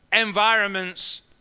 environments